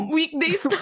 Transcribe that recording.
weekdays